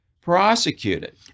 prosecuted